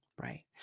Right